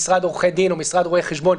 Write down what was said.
משרד עורכי דין או משרד רואי חשבון,